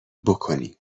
بکنی